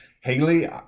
Haley